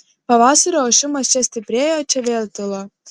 pavasario ošimas čia stiprėjo čia vėl tilo